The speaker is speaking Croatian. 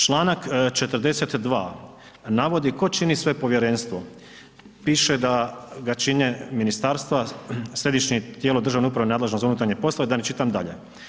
Članak 42. navodi tko čini sve povjerenstvo, piše da ga čine ministarstva, središnje tijelo državne uprave nadležno za unutarnje poslove da ne čitam dalje.